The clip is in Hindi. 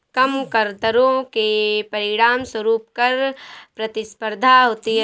कम कर दरों के परिणामस्वरूप कर प्रतिस्पर्धा होती है